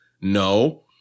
No